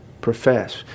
profess